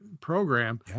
program